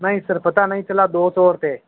नहीं सर पता नहीं चला दो चोर थे